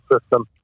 system